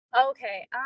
okay